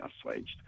assuaged